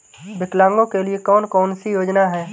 विकलांगों के लिए कौन कौनसी योजना है?